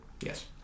Yes